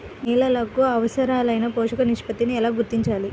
నేలలకు అవసరాలైన పోషక నిష్పత్తిని ఎలా గుర్తించాలి?